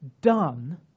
done